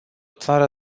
țară